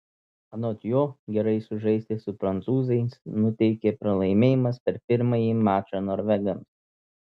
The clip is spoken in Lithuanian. anot jo gerai sužaisti su prancūzais nuteikė pralaimėjimas per pirmąjį mačą norvegams